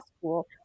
School